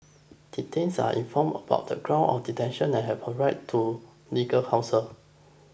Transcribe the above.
detainees are informed about the grounds of detention and have a right to legal counsel